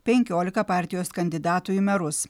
penkiolika partijos kandidatų į merus